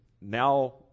now